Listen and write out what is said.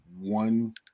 one